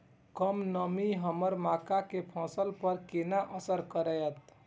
कम नमी हमर मक्का के फसल पर केना असर करतय?